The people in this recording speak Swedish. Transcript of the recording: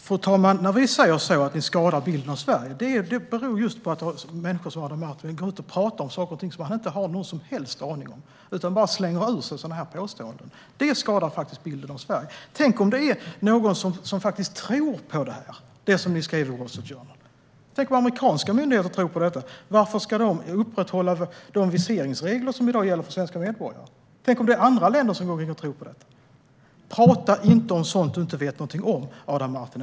Fru talman! När vi säger att Sverigedemokraterna skadar bilden av Sverige beror det på att människor som Adam Marttinen pratar om saker och ting som de inte har någon som helst aning om. De bara slänger ur sig sådana påståenden. Det skadar bilden av Sverige. Tänk om någon faktiskt tror på det ni skriver i The Wall Street Journal, Adam Marttinen. Tänk om amerikanska myndigheter tror på detta. Varför ska de upprätthålla de viseringsregler som i dag gäller för svenska medborgare? Tänk om andra länder tror på detta. Prata inte om sådant du inte vet någonting om, Adam Marttinen.